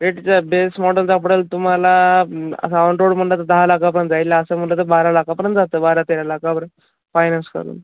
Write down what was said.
रेटचं base model सापडेल तुम्हाला असं ओन रोड म्हटलं तर दहा लाखापर्यंत जाईल असं म्हटलं तर बारा लाखापर्यंत जातं बारा तेरा लाखापर्यंत फायनान्स करून